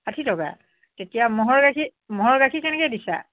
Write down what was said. আশী টকা এতিয়া ম'হৰ গাখীৰ ম'হৰ গাখীৰ কেনেকৈ দিছা